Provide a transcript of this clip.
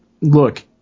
look